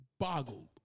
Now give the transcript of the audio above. Boggled